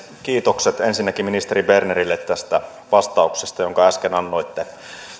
kiitokset ensinnäkin ministeri bernerille tästä vastauksesta jonka äsken annoitte